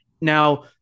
Now